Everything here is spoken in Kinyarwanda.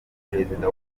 perezida